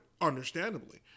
understandably